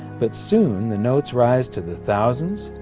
but soon the notes rise to the thousands,